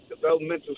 developmental